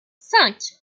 cinq